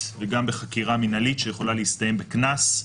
וגם בחקירה מינהלית שיכולה להסתיים בקנס.